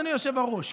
אדוני היושב-ראש,